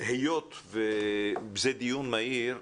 היות וזה דיון מהיר,